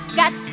got